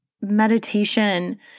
meditation